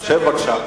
בבקשה.